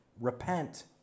Repent